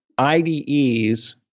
IDEs